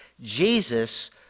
Jesus